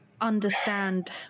understand